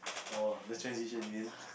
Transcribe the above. oh the transition you mean